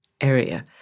area